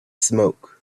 smoke